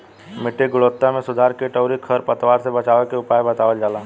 मिट्टी के गुणवत्ता में सुधार कीट अउरी खर पतवार से बचावे के उपाय बतावल जाला